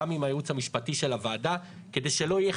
גם עם הייעוץ המשפטי של הוועדה כדי שלא יהיה